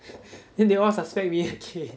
then they all suspect me again